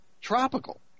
tropical